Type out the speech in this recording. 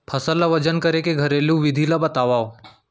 फसल ला वजन करे के घरेलू विधि ला बतावव?